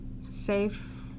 safe